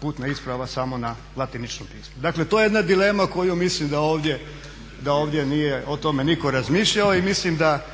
putna isprava samo na latiničnom pismu. Dakle to je jedna dilema koju mislim da ovdje nije o tome nitko razmišljao i mislim da